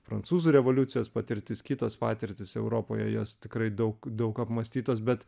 prancūzų revoliucijos patirtis kitos patirtys europoje jos tikrai daug daug apmąstytos bet